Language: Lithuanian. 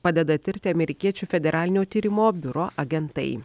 padeda tirti amerikiečių federalinio tyrimo biuro agentai